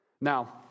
Now